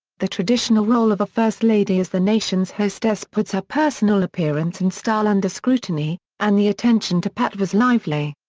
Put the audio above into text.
the traditional role of a first lady as the nation's hostess puts her personal appearance and style under scrutiny, and the attention to pat was lively.